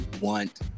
want